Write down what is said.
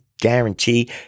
guarantee